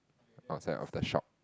outside of the shop